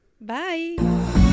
bye